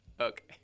okay